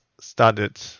started